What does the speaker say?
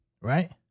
right